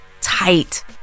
tight